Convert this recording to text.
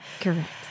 Correct